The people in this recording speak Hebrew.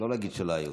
לא להגיד שלא היו.